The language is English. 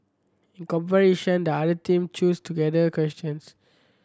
in comparison the other team chose together questions